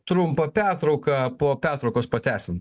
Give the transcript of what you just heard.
trumpą pertrauką po pertraukos pratęsim